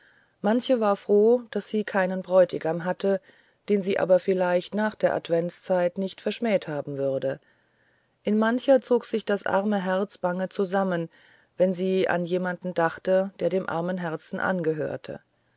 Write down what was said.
manche war froh daß sie keinen bräutigam hatte den sie aber vielleicht nach der adventzeit nicht verschmäht haben würde in mancher zog sich das arme herz bange zusammen wenn sie an jemanden dachte der dem armen herzen angehörte